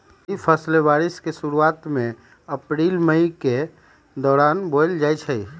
खरीफ फसलें बारिश के शुरूवात में अप्रैल मई के दौरान बोयल जाई छई